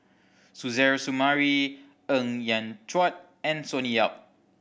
Suzairhe Sumari Ng Yat Chuan and Sonny Yap